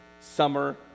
Summer